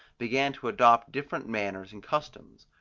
began to adopt different manners and customs.